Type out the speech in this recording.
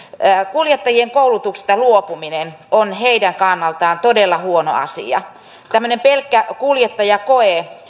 kuljettajien koulutuksesta luopuminen on heidän kannaltaan todella huono asia tämmöinen pelkkä kuljettajakoe